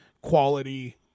quality